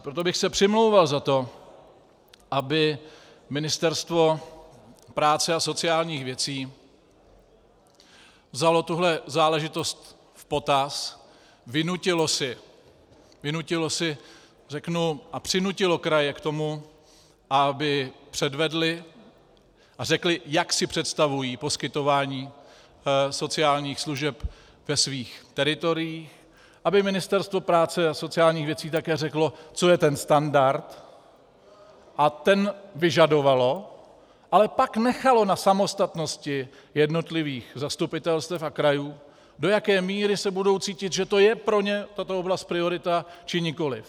Proto bych se přimlouval za to, aby Ministerstvo práce a sociálních věcí vzalo tuto záležitost v potaz, vynutilo si a přinutilo kraje k tomu, aby předvedly a řekly, jak si představují poskytování sociálních služeb ve svých teritoriích, aby Ministerstvo práce a sociálních věcí také řeklo, co je ten standard, a ten vyžadovalo, ale pak nechalo na samostatnosti jednotlivých zastupitelstev a krajů, do jaké míry budou cítit, že to je pro ně tato oblast priorita, či nikoliv.